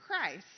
Christ